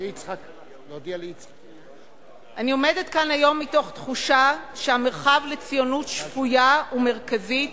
אני עומדת כאן היום מתוך תחושה שהמרחב לציונות שפויה ומרכזית